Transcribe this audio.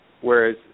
whereas